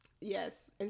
Yes